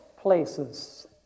places